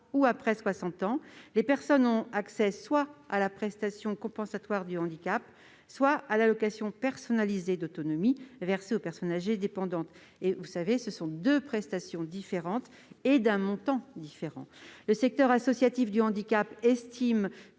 ou après 60 ans, les personnes ont accès soit à la prestation compensatoire du handicap, soit à l'allocation personnalisée d'autonomie versée aux personnes âgées dépendantes. Ces deux prestations sont d'une nature et d'un montant différents. Le secteur associatif du handicap estime